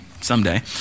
someday